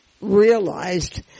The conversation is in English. realized